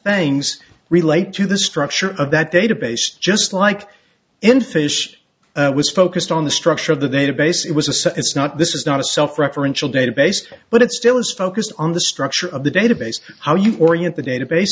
things relate to the structure of that database just like in fish was focused on the structure of the database it was a set it's not this is not a self referential database but it still is focused on the structure of the database how you orient the database